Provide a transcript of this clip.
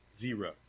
Zero